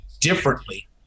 differently